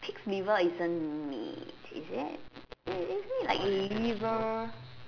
pig's liver isn't meat is it isn't it like liver